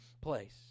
place